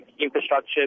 infrastructure